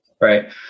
right